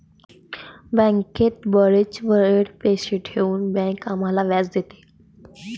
बँकेत बराच वेळ पैसे ठेवून बँक आम्हाला व्याज देते